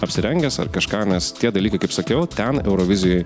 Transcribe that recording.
apsirengęs ar kažką nes tie dalykai kaip sakiau ten eurovizijoj